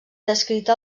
descrita